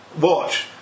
watch